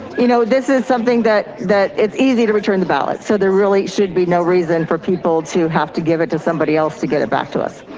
you know, this is something that that it's easy to return the ballot. so there really should be no reason for people to have to give it to somebody else to get it back to us.